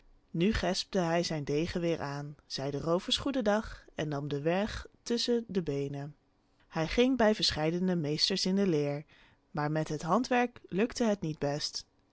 nu gespte hij zijn degen weêr aan zei de roovers goeden dag en nam den weg tusschen de beenen hij ging bij verscheiden meesters in de leer maar met het handwerk lukte het niet best